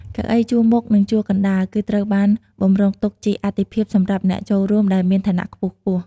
កៅអីជួរមុខ និងជួរកណ្តាល គឺត្រូវបានបម្រុងទុកជាអាទិភាពសម្រាប់អ្នកចូលរួមដែលមានឋានៈខ្ពស់ៗ។